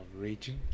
raging